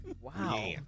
Wow